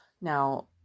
Now